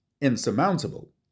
insurmountable